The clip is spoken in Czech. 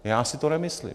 Já si to nemyslím.